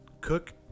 Cook